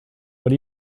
what